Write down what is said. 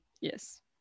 Yes